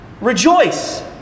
Rejoice